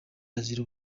azira